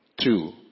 two